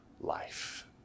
life